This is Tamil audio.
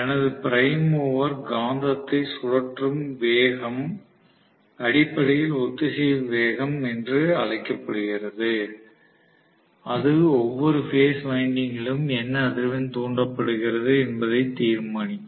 எனது பிரைம் மூவர் காந்தத்தை சுழற்றும் வேகம் அடிப்படையில் ஒத்திசைவு வேகம் என்று அழைக்கப்படுகிறது இது ஒவ்வொரு பேஸ் வைண்டிங்கிலும் என்ன அதிர்வெண் தூண்டப்படுகிறது என்பதை தீர்மானிக்கும்